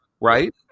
right